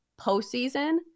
postseason